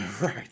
Right